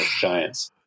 Giants